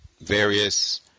various